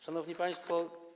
Szanowni Państwo!